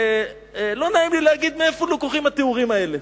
לא נעים לי להגיד מאיפה לקוחים התיאורים האלה.